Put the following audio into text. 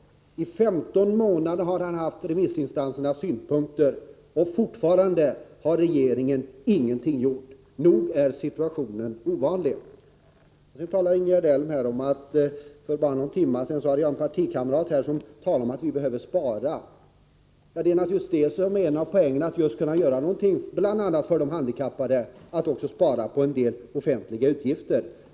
I 15 månader har han haft remissinstansernas synpunkter. Fortfarande har regeringen inte gjort någonting. Nog är situationen ovanlig. Ingegerd Elm sade att en partikamrat till mig för någon timme sedan talade om att vi behöver spara. Det är naturligtvis det som är poängen, att kunna göra någonting bl.a. för de handikappade genom att spara på en del offentliga utgifter.